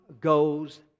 goes